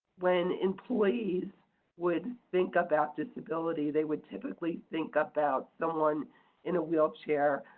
when employees would think about disability, they would typically think about someone in a wheelchair,